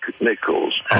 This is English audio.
Nichols